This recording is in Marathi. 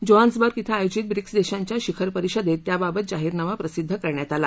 जोहान्सबर्ग ध्वें आयोजित ब्रिक्स देशांच्या शिखर परिषदेत त्याबाबत जाहीरनामा प्रसिद्ध करण्यात आला